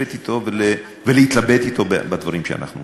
אתו ולהתלבט אתו בדברים שאנחנו עושים.